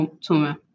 tumor